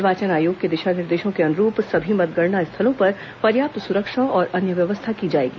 निर्वाचन आयोग के दिशा निर्देशों के अनुरूप सभी मतगणना स्थलों पर पर्याप्त सुरक्षा और अन्य व्यवस्था की जाएगी